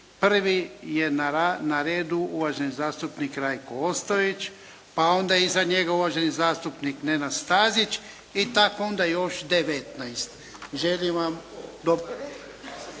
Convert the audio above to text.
Prvi je na redu uvaženi zastupnik Rajko Ostojić, a onda iza njega uvaženi zastupnik Nenad Stazić i tako onda još 19. Želim vam dobar